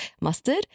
Mustard